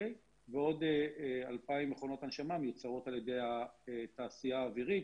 ועוד 2,000 מכונות הנשמה שמיוצרות על-ידי התעשייה האווירית,